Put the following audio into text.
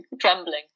trembling